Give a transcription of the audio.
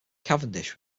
cavendish